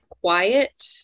quiet